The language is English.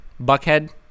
buckhead